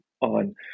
on